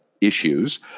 issues